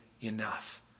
enough